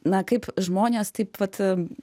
na kaip žmonės taip vat